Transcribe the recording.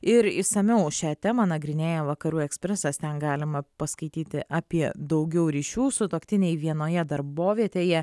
ir išsamiau šią temą nagrinėja vakarų ekspresas ten galima paskaityti apie daugiau ryšių sutuoktiniai vienoje darbovietėje